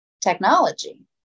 technology